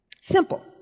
Simple